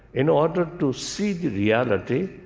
in order to see the reality,